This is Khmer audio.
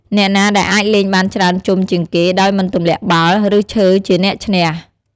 អ្នកណាដែលអាចលេងបានច្រើនជុំជាងគេដោយមិនទម្លាក់បាល់ ឬឈើជាអ្នកឈ្នះ។